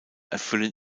erfüllen